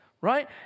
right